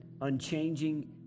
unchanging